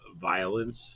violence